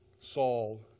Saul